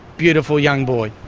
beautiful young boy.